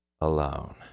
alone